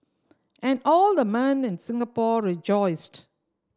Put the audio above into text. and all the men in Singapore rejoiced